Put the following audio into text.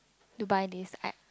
to buy this I